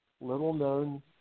little-known